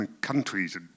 countries